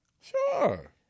Sure